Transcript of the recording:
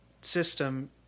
system